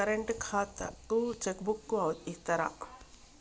Current ఖాతాకు cheque book ఇత్తరా?